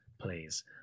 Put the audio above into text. please